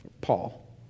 Paul